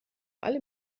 alle